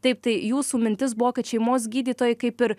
taip tai jūsų mintis buvo kad šeimos gydytojai kaip ir